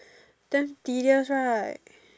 damn tedious right